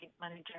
manager